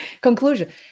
conclusion